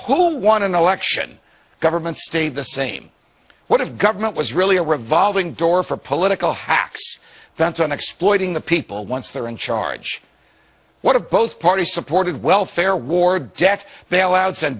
who won an election government stayed the same what if government was really a revolving door for political hacks bent on exploiting the people once they're in charge what of both parties supported welfare war debt bailouts and